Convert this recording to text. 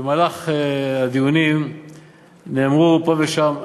במהלך הדיונים נאמרו פה ושם,